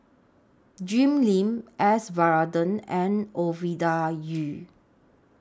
Jim Lim S Varathan and Ovidia Yu